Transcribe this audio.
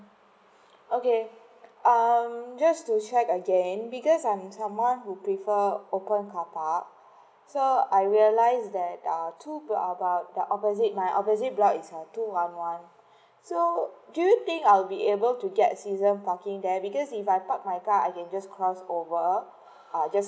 okay um just to check again because I'm someone who prefer open car park so I realise that err two err about the opposite my opposite block two one one so do you think I'll be able to get season parking there because if I park my car I can just cross over uh just